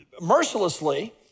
mercilessly